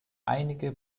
einige